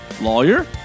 Lawyer